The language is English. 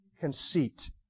conceit